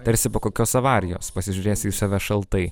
tarsi po kokios avarijos pasižiūrėsiu į save šaltai